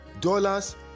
dollars